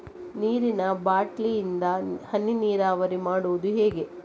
ನೀರಿನಾ ಬಾಟ್ಲಿ ಇಂದ ಹನಿ ನೀರಾವರಿ ಮಾಡುದು ಹೇಗೆ?